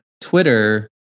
Twitter